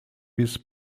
bis